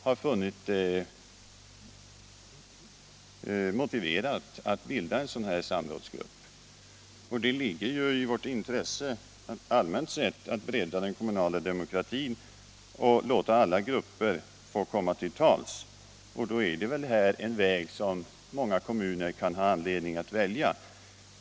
har funnit det motiverat att bilda en sådan här samrådsgrupp. Det ligger ju i vårt intresse allmänt sett att bredda den kommunala demokratin och låta alla grupper få komma till tals. Då är väl detta en väg som många kommuner kan ha anledning att välja.